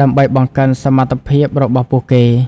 ដើម្បីបង្កើនសមត្ថភាពរបស់ពួកគេ។